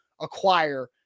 acquire